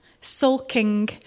sulking